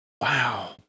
Wow